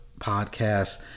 podcast